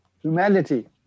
humanity